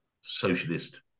socialist